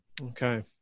Okay